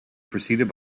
preceded